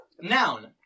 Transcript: Noun